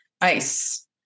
ice